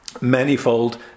manifold